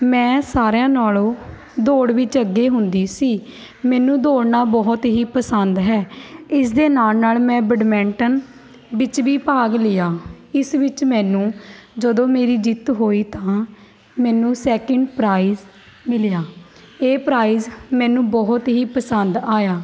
ਮੈਂ ਸਾਰਿਆਂ ਨਾਲ਼ੋਂ ਦੌੜ ਵਿੱਚ ਅੱਗੇ ਹੁੰਦੀ ਸੀ ਮੈਨੂੰ ਦੌੜਨਾ ਬਹੁਤ ਹੀ ਪਸੰਦ ਹੈ ਇਸ ਦੇ ਨਾਲ ਨਾਲ ਮੈਂ ਬੈਡਮੈਂਟਨ ਵਿੱਚ ਵੀ ਭਾਗ ਲਿਆ ਇਸ ਵਿੱਚ ਮੈਨੂੰ ਜਦੋਂ ਮੇਰੀ ਜਿੱਤ ਹੋਈ ਤਾਂ ਮੈਨੂੰ ਸੈਕਿੰਡ ਪ੍ਰਾਇਜ਼ ਮਿਲਿਆ ਇਹ ਪ੍ਰਾਇਜ਼ ਮੈਨੂੰ ਬਹੁਤ ਹੀ ਪਸੰਦ ਆਇਆ